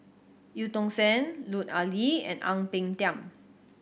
Eu Tong Sen Lut Ali and Ang Peng Tiam